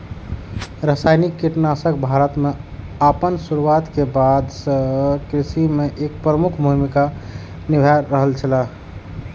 रासायनिक कीटनाशक भारत में आपन शुरुआत के बाद से कृषि में एक प्रमुख भूमिका निभाय रहल छला